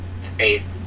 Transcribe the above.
faith